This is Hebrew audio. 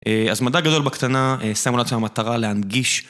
אז מדע גדול בקטנה, שמנו לנו את המטרה להנגיש.